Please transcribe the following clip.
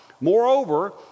Moreover